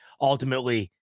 ultimately